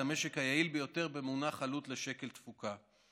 המשק היעיל ביותר במונח עלות לשקל תפוקה.